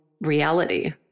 reality